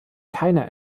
keine